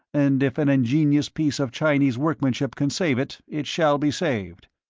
and if an ingenious piece of chinese workmanship can save it, it shall be saved.